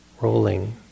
rolling